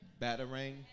batarang